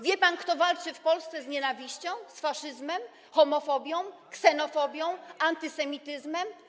Wie pan, kto walczy w Polsce z nienawiścią, faszyzmem, homofobią, ksenofobią, antysemityzmem?